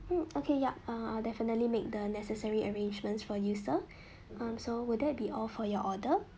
hmm okay yup uh I'll definitely make the necessary arrangements for you sir um so would that be all for your order